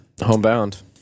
homebound